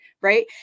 right